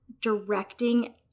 directing